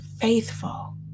faithful